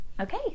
Okay